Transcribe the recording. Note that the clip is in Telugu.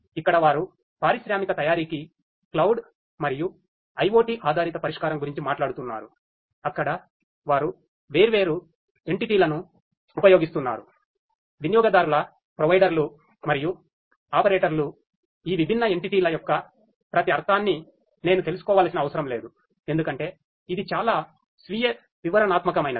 ఇక్కడ వారు పారిశ్రామిక తయారీకి క్లౌడ్ యొక్క ప్రతి అర్ధాన్ని నేను తెలుసుకోవలసిన అవసరం లేదు ఎందుకంటే ఇది చాలా స్వీయవివరణాత్మకమైనది